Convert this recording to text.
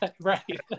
Right